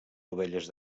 dovelles